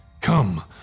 Come